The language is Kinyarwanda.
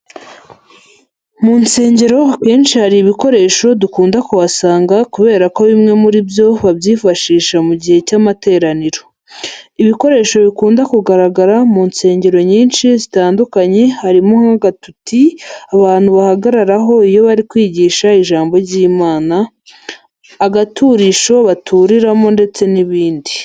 Mu nsengero akenshi hari ibikoresho dukunda kuhasanga kubera ko bimwe muri byo babyifashisha mu gihe cy'amateraniro. Ibikoresho bikunda kugaragara mu nsengero nyinshi zitandukanye harimo nk'agatuti abantu bahagararaho iyo bari kwigisha ijambo ry'Imana, agaturisho baturiramo ndetse n'ibindi.